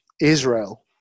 Israel